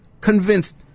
convinced